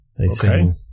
Okay